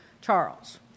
Charles